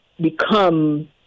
become